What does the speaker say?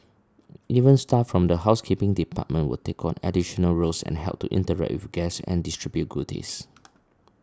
even staff from the housekeeping department will take on additional roles and help to interact with guests and distribute goodies